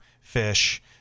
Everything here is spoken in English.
fish